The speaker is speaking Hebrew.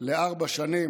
לארבע שנים,